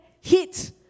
hit